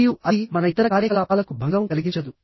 మరియు అది మన ఇతర కార్యకలాపాలకు భంగం కలిగించదు